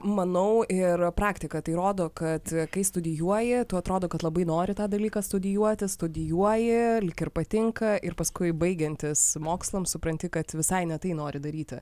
manau ir praktika tai rodo kad kai studijuoji tu atrodo kad labai nori tą dalyką studijuoti studijuoji lyg ir patinka ir paskui baigiantis mokslams supranti kad visai ne tai nori daryti